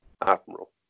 Admiral